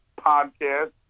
podcast